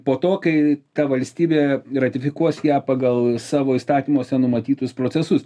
po to kai ta valstybė ratifikuos ją pagal savo įstatymuose numatytus procesus